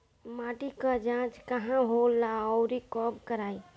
माटी क जांच कहाँ होला अउर कब कराई?